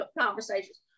conversations